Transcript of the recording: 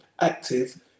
active